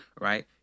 right